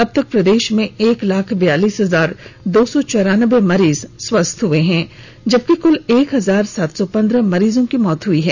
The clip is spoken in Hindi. अबतक प्रदेश में एक लाख बयालीस हजार दो सौ चौरानबे मरीज स्वस्थ हुए हैं जबकि कुल एक हजार सात सौ पंद्रह मरीजों की मौत हुई है